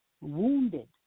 wounded